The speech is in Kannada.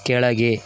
ಕೆಳಗೆ